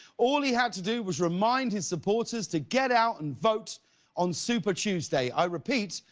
all he had to do was remind his supporters to get out and vote on super tuesday. i repeat,